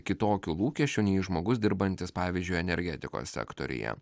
kitokių lūkesčių nei žmogus dirbantis pavyzdžiui energetikos sektoriuje